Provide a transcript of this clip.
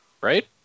Right